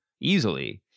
easily